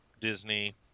disney